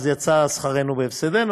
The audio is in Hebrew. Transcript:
אז יצא שכרנו בהפסדנו.